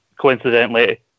coincidentally